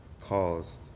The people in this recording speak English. caused